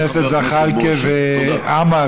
חברי הכנסת זחאלקה ועמאר,